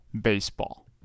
baseball